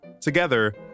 Together